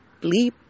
bleep